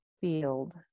field